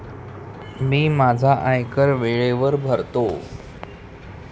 मी माझा आयकर वेळेवर भरतो